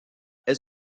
elle